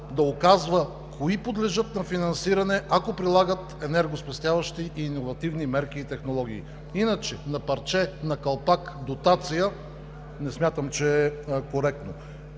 да указва кои подлежат на финансиране, ако прилагат енергоспестяващи иновативни мерки и технологии, а дотация на парче, на калпак – не смятам, че е коректно.